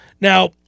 Now